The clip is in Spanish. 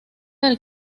del